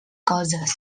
coses